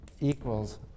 Equals